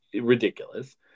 ridiculous